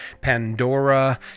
Pandora